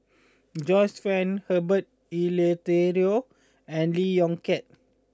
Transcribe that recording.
Joyce Fan Herbert Eleuterio and Lee Yong Kiat